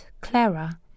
Clara